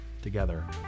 together